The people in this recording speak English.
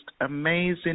amazing